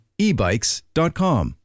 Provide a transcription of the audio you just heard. ebikes.com